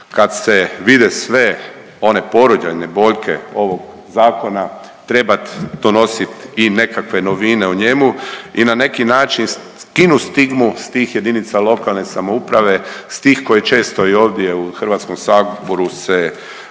kad se vide sve one porođajne boljke ovog Zakona trebat donositi i nekakve novine u njemu i na neki način skinuti stigmu s tih jedinica lokalne samouprave, s tih koje često i ovdje u HS-u se